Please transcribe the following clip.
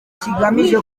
kigamije